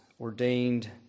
ordained